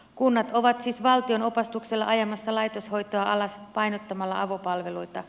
kunnat ovat siis valtion opastuksella ajamassa laitoshoitoa alas painottamalla avopalveluita